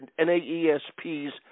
NAESP's